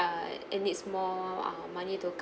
err it needs more uh money to